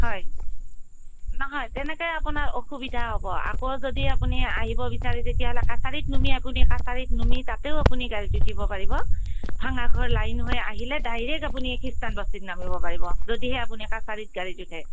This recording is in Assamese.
হয় নহয় তেনেকৈ আপোনাৰ অসুবিধা হ'ব আকৌ যদি আপুনি আহিব বিচাৰে তেতিয়াহ'লে কাছাৰীত নামি আপুনি কাছাৰীত নামি তাতেও আপুনি গাড়ীত উঠিব পাৰিব ভঙাগড়ৰ লাইন হৈ আহিলে ডাইৰেক্ট আপুনি খ্ৰীষ্টানবস্তি নামিব পাৰিব যদিহে আপুনি কাছাৰীত গাড়ীত উঠে